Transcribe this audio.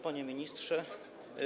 Panie Ministrze!